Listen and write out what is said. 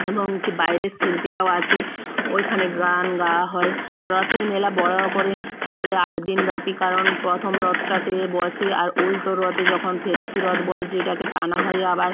এবং কি বাইরের শিল্পীরাও আসে ওইখানে গান গাওয়া হয় রথের মেলা বড়ো করে চলে আট দিন ব্যাপী কারণ প্রথম রথটাতে বসে আর উলটো রথে যখন ফেরতি রথ বলে যেটাকে টানা হয় আবার